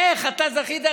איך אתה זכית?